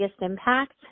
impact